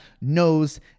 knows